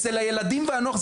זה מתחיל מהילדים ונוער.